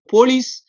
Police